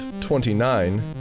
twenty-nine